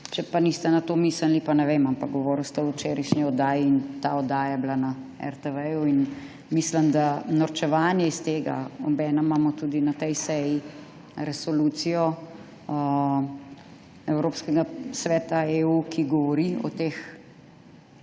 Če pa niste na to mislili, pa ne vem, ampak govorili ste o včerajšnji oddaji in ta oddaja je bila na RTV. In mislim, da norčevanje iz tega − obenem imamo tudi na tej seji resolucijo Sveta EU, ki govori o teh